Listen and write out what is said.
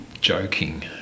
joking